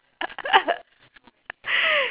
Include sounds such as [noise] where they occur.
[laughs]